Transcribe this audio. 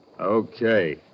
Okay